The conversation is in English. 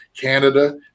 Canada